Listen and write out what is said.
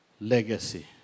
legacy